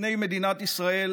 בפני מדינת ישראל